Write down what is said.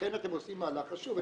לכן, אתם עושים מהלך חשוב.